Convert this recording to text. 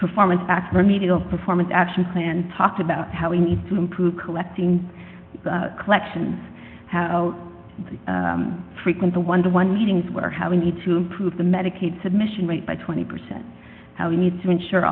performance fact remedial performance action plan talked about how we need to improve collecting collections how frequent the one dollar to one dollar meetings were how we need to improve the medicaid submission rate by twenty percent how we need to ensure